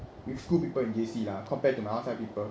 with school people in J_C lah compared to outside people